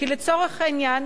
כי לצורך העניין,